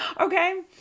Okay